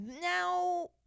Now